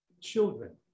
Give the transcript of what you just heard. children